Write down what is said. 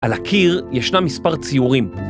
על הקיר, ישנם מספר ציורים.